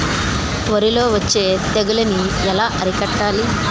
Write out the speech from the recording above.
వరిలో వచ్చే తెగులని ఏలా అరికట్టాలి?